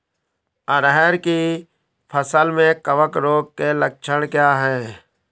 अरहर की फसल में कवक रोग के लक्षण क्या है?